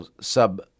sub